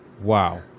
wow